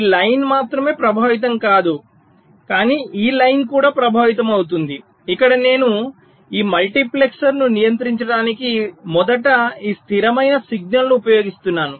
ఈ లైన్ మాత్రమే ప్రభావితం కాదు కానీ ఈ లైన్ కూడా ప్రభావితమవుతుంది ఇక్కడ నేను ఈ మల్టీప్లెక్సర్ను నియంత్రించడానికి మొదట ఈ స్థిరమైన సిగ్నల్ను ఉపయోగిస్తున్నాను